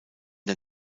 der